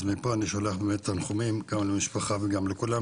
אז מפה אני שולח באמת תנחומים למשפחה וגם לכולם,